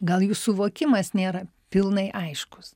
gal jų suvokimas nėra pilnai aiškus